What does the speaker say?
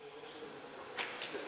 חוק זכויות הדייר בדיור הציבורי (תיקון מס'